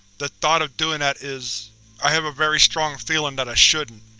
the thought of doing that is i have a very strong feeling that i shouldn't.